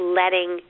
letting